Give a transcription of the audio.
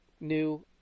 new